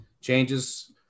changes